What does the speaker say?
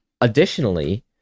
Additionally